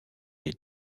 les